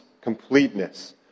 completeness